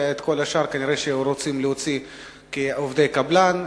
ואת כל השאר כנראה רוצים להוציא כעובדי קבלן.